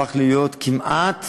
הפך להיות משרד שכמעט